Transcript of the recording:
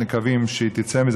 מקווים שהיא תצא מזה,